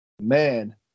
man